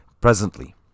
presently